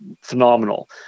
phenomenal